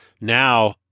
Now